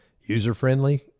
User-friendly